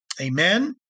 Amen